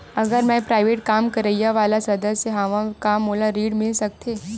अगर मैं प्राइवेट काम करइया वाला सदस्य हावव का मोला ऋण मिल सकथे?